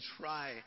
try